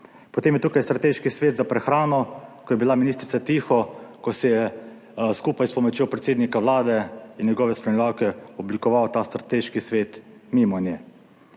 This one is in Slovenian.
Potem je tukaj strateški svet za prehrano, ko je bila ministrica tiho, ko se je skupaj s pomočjo predsednika Vlade in njegove spremljevalke oblikoval ta strateški svet mimo nje.